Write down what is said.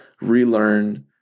relearn